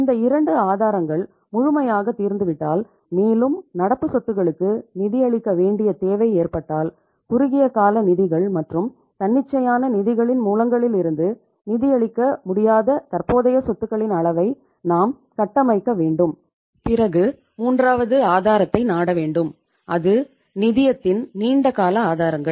இந்த 2 ஆதாரங்கள் முழுமையாக தீர்ந்துவிட்டால் மேலும் நடப்பு சொத்துக்களுக்கு நிதியளிக்க வேண்டிய தேவை ஏற்பட்டால் குறுகிய கால நிதிகள் மற்றும் தன்னிச்சையான நிதிகளின் மூலங்களிலிருந்து நிதியளிக்க முடியாத தற்போதைய சொத்துக்களின் அளவை நாம் கட்டமைக்க வேண்டும் பிறகு மூன்றாவது ஆதாரத்தை நாட வேண்டும் அது நிதியத்தின் நீண்ட கால ஆதாரங்கள்